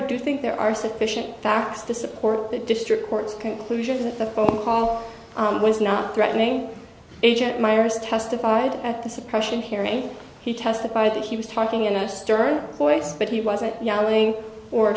do think there are sufficient facts to support the district court's conclusion that the phone call was not threatening agent myers testified at the suppression hearing he testified that he was talking in a stern voice but he wasn't yelling or